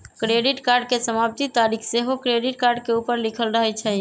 credit card के समाप्ति तारिख सेहो क्रेडिट कार्ड के ऊपर लिखल रहइ छइ